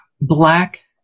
black